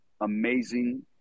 amazing